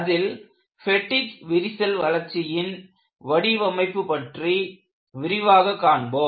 அதில் பெட்டிக் விரிசல் வளர்ச்சியின் வடிவமைப்பு பற்றி விரிவாக காண்போம்